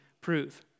prove